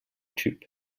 typ